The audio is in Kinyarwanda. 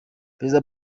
perezida